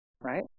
Right